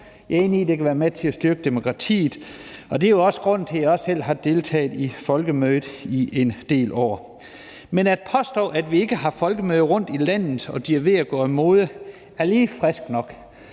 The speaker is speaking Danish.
Jeg er enig i, at det kan være med til at styrke demokratiet, og det er jo også grunden til, at jeg også selv har deltaget i Folkemødet i en del år. Men at påstå, at vi ikke har folkemøder rundt i landet, og at de er ved at gå af mode, er lige frisk nok,